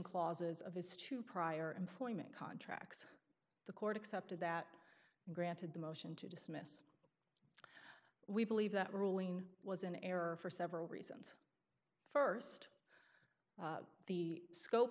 clauses of his two prior employment contracts the court accepted that and granted the motion to dismiss we believe that ruling was in error for several reasons st the scope